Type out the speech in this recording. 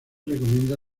recomienda